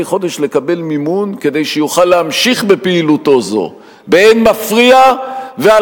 חודש לקבל מימון כדי שיוכל להמשיך בפעילותו זו באין מפריע ועל